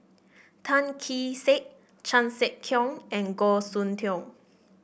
Tan Kee Sek Chan Sek Keong and Goh Soon Tioe